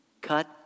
cut